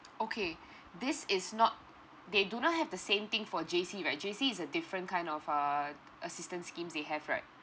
okay this is not they do not have the same thing for J_C right J_C is a different kind of uh assistance schemes they have right